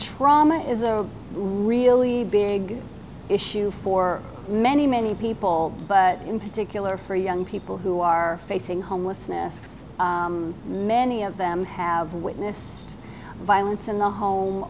trauma is a really big issue for many many people but in particular for young people who are facing homelessness many of them have witnessed violence in the home